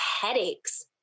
headaches